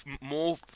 more